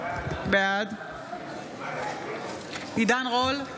בעד עידן רול,